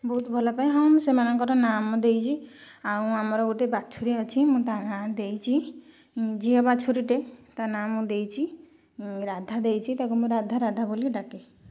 ବହୁତ ଭଲ ପାଏ ହଁ ମୁଁ ସେମାନଙ୍କର ନାଁ ମୁଁ ଦେଇଛି ଆଉ ଆମର ଗୋଟିଏ ବାଛୁରୀ ଅଛି ମୁଁ ତା ନାଁ ଦେଇଛି ଝିଅ ବାଛୁରୀଟେ ତା ନାଁ ମୁଁ ଦେଇଛି ରାଧା ଦେଇଛି ତାକୁ ମୁଁ ରାଧା ରାଧା ବୋଲି ଡାକେ